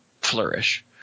flourish